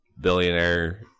billionaire